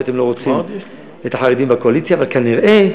כי אתם לא רוצים את החרדים בקואליציה כנראה.